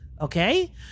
Okay